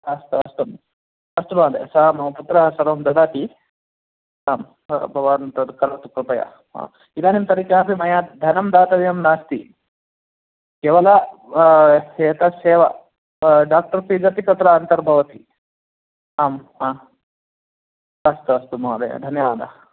अस्तु अस्तु अस्तु महोदय सा मम कुत्र सर्वं ददाति आम् भवान् तद् करोतु कृपया इदानीं तारिकापि मया धनं दातव्यं नास्ति केवल एतस्य डाक्टर् फ़ीस् अपि तत्र अन्तर्भवति आम् हा अस्तु अस्तु महोदय धन्यवादः